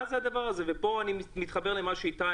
אני מתחבר למה שאמר איתי,